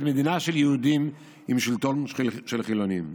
מדינה של יהודים עם שלטון של חילונים.